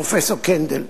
פרופסור קנדל,